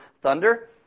Thunder